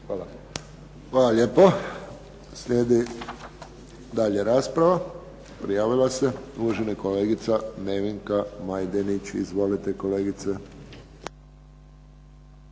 (HSS)** Hvala lijepa. Slijedi dalje rasprava. Prijavila se uvažena kolegica Nevenka Majdenić. Izvolite kolegice.